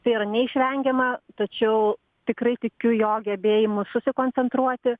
tai yra neišvengiama tačiau tikrai tikiu jo gebėjimu susikoncentruoti